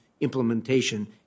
implementation